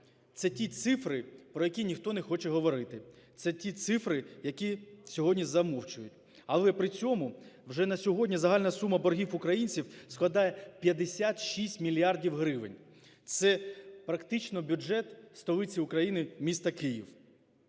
Це ті цифри, про які ніхто не хоче говорити. Це ті цифри, які сьогодні замовчують, але при цьому вже на сьогодні загальна сума боргів українців складає 56 мільярдів гривень. Це практично бюджет столиці України міста Київ.